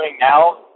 now